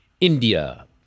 India